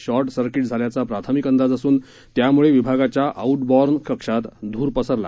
short circuit झाल्याचा प्राथमिक अंदाज असून त्यामुळे विभागाच्या आउट बॉर्न कक्षात धूर पसरला